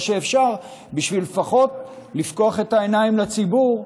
שאפשר בשביל לפחות לפקוח את העיניים לציבור,